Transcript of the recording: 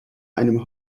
einem